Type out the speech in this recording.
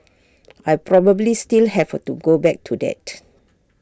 I probably still have to go back to that